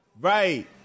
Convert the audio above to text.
Right